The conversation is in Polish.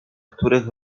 których